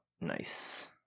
Nice